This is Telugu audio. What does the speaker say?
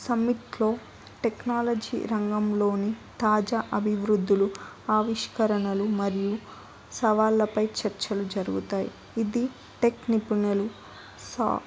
సమ్మిట్లో టెక్నాలజీ రంగంలోని తాజా అభివృద్ధులు ఆవిష్కరణలు మరియు సవాళ్ళపై చర్చలు జరుగుతాయి ఇది టెక్ నిపుణులు